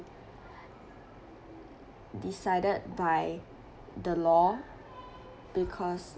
decided by the law because